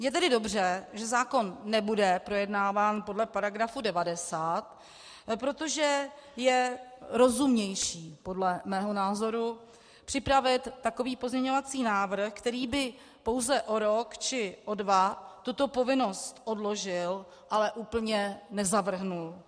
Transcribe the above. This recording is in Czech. Je tedy dobře, že zákon nebude projednáván podle § 90, protože je rozumnější, podle mého názoru, připravit takový pozměňovací návrh, který by pouze o rok či o dva tuto povinnost odložil, ale úplně nezavrhl.